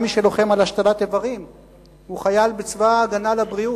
גם מי שלוחם על השתלת איברים הוא חייל בצבא ההגנה לבריאות.